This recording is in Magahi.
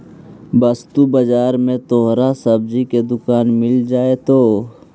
वस्तु बाजार में तोहरा सब्जी की दुकान मिल जाएतो